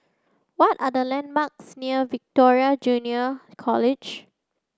what are the landmarks near Victoria Junior College